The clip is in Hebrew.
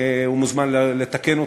הוא מוזמן לתקן אותי.